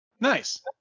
Nice